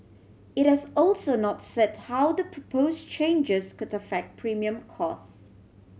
it has also not said how the propose changes could affect premium costs